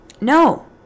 No